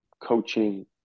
coaching